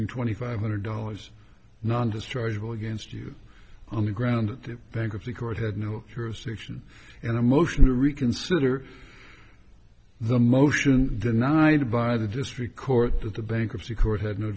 in twenty five hundred dollars not dischargeable against you on the ground the bankruptcy court had no jurisdiction in a motion to reconsider the motion denied by the district court that the bankruptcy court had no